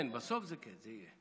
בסוף כן, כן, בסוף זה כן, זה יהיה.